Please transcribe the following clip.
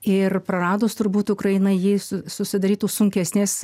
ir praradus turbūt ukraina jį su susidarytų sunkesnės